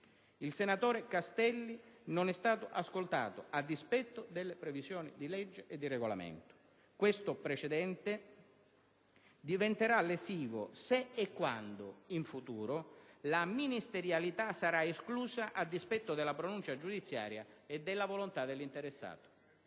il senatore Castelli non è stato ascoltato, a dispetto delle previsioni di legge e di Regolamento. Questo precedente diventerà lesivo se e quando, in futuro, la ministerialità sarà esclusa a dispetto della pronuncia giudiziaria e della volontà dell'interessato.